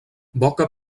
boca